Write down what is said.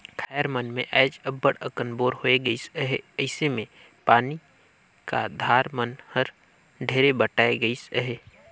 खाएर मन मे आएज अब्बड़ अकन बोर होए गइस अहे अइसे मे पानी का धार मन हर ढेरे बटाए गइस अहे